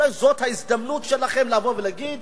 אולי זאת ההזדמנות שלכם לבוא ולהגיד: